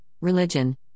religion